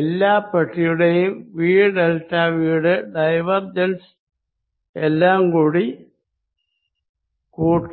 എല്ലാ ബോക്സിന്റെയും V delta V യുടെ ഡൈവർജൻസ് എല്ലാം കൂടി കൂട്ടി